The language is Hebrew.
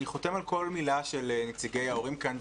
אני חותם על כל מילה של נציגי ההורים כאן.